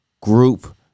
group